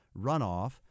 runoff